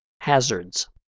hazards